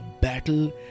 battle